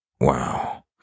wow